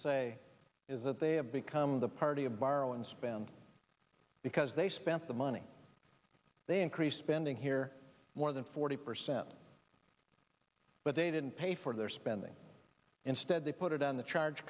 say is that they have become the party of borrow and spend because they spent the money they increased spending here more than forty percent but they didn't pay for their spending instead they put it on the charge